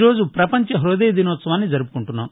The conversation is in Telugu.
ఈరోజు ప్రపంచ హ్బదయ దినోత్సవాన్ని జరుపుకుంటున్నాం